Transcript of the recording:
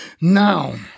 Now